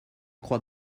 crois